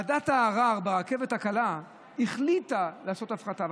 ועדת הערר ברכבת הקלה החליטה לעשות הפחתה,